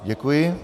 Děkuji.